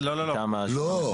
לא, לא.